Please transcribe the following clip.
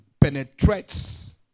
penetrates